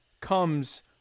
comes